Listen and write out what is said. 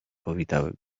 powitały